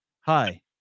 Hi